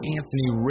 Anthony